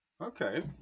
Okay